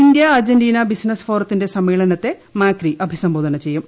India Argentina business ഫോറത്തിന്റെ സമ്മേളനത്തെ Macri അഭിസംബോധന ചെയ്യും